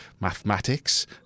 mathematics